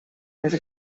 més